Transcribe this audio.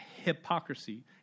hypocrisy